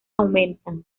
aumentan